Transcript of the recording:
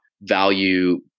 value